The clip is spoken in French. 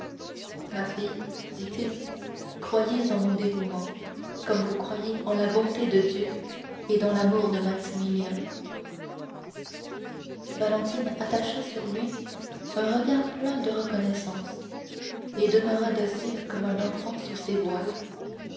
ma fille dit-il croyez en mon dévouement comme vous croyez en la bonté de dieu et dans l'amour de maximilien valentine attacha sur lui un regard plein de reconnaissance et demeura docile comme un enfant sous ses voiles